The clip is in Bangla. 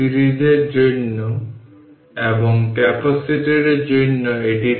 সুতরাং এটি 4 6 20 মাইক্রোফ্যারাড যা আপনার 30 মাইক্রোফ্যারাড এবং আপনি যদি এটি যোগ করেন তবে এটি এরকম হবে